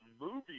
movie